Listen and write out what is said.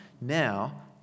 now